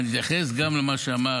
אני אתייחס גם למה שאמר